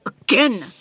again